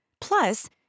Plus